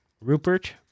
Rupert